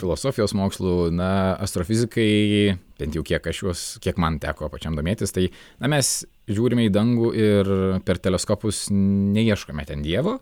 filosofijos mokslų na astrofizikai bent jau kiek aš juos kiek man teko pačiam domėtis tai na mes žiūrime į dangų ir per teleskopus neieškome ten dievo